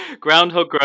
Groundhog